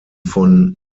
von